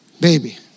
baby